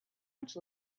much